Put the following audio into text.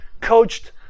coached